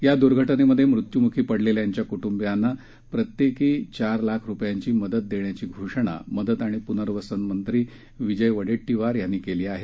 या दुर्घटनेत मृत्यूमुखी पडलेल्यांच्या कुटुंबांना प्रत्येकी चार लाख रुपयांची मदत देण्याची घोषणा मदत आणि पुनर्वसन मंत्री विजय वडेट्टीवार यांनी केली आहे